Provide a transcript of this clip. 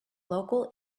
local